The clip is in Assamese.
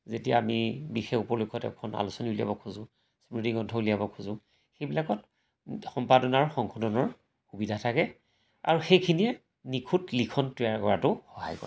যেতিয়া আমি বিশেষ উপলক্ষত এখন আলোচনী উলিয়াব খোজোঁ স্মৃতিগন্থ উলিয়াব খোজোঁ সেইবিলাকত সম্পাদনাৰ সংশোধনৰ সুবিধা থাকে আৰু সেইখিনিয়ে নিখুঁত লিখন তৈয়াৰ কৰাতো সহায় কৰে